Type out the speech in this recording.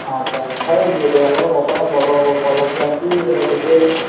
ଆଚ୍ଛା ଆମର ବର୍ତ୍ତମାନ ପର୍ବ ପର୍ବପର୍ବାଣୀ ଚାଲିଛି ତେଣୁ ଟିକେ